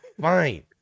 fine